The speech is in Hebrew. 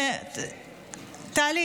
טלי,